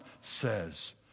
says